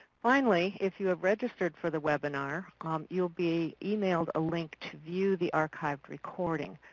finally, if you have registered for the webinar um you will be emailed a link to view the archive recording.